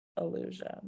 illusion